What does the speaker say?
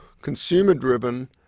consumer-driven